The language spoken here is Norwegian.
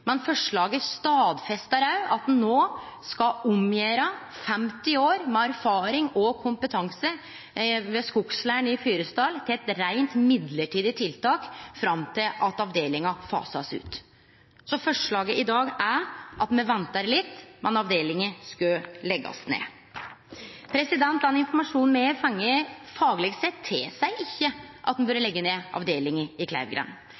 Men forslaget stadfestar òg at ein no skal omgjere 50 år med erfaring og kompetanse ved skogsleiren i Fyresdal til eit reint mellombels tiltak fram til avdelinga blir fasa ut. Så forslaget i dag er at me ventar litt – men avdelinga skal leggjast ned. Den informasjonen me har fått fagleg sett, tilseier ikkje at ein bør leggje ned avdelinga i